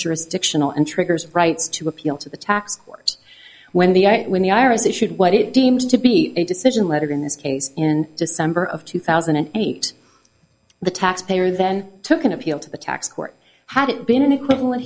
jurisdictional and triggers rights to appeal to the tax court when the i when the ira's issued what it deems to be a decision letter in this case in december of two thousand and eight the taxpayer then took an appeal to the tax court had it been an equivalent